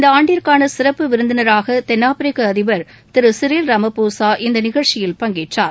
இந்த ஆண்டிற்கான சிறப்பு விருந்தினராக தென்னாப்பிரிக்க அதிபர் திரு சிரில் ராமபோசா இந்த நிகழ்ச்சியில் பங்கேற்றார்